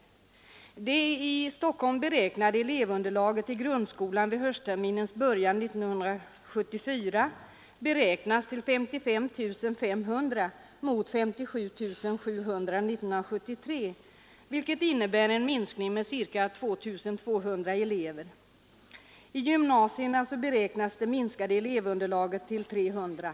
Elevunderlaget för grundskolan i Stockholm beräknas vid höstterminens början 1974 vara 55 500 elever mot 57 700 år 1973, vilket innebär en minskning med ca 2 200 elever. I gymnasierna beräknas det minskade elevunderlaget till 300.